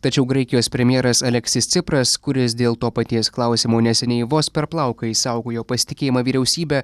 tačiau graikijos premjeras aleksis cipras kuris dėl to paties klausimo neseniai vos per plauką išsaugojo pasitikėjimą vyriausybe